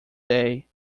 day